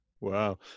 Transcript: Wow